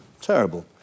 Terrible